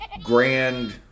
grand